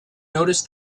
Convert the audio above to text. notice